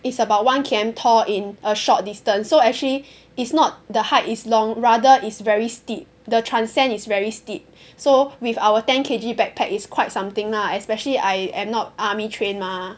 it's about one K_M tall in a short distance so actually it's not the hike is long rather it's very steep the transcend is very steep so with our ten K_G backpack it's quite something lah especially I am not army trained mah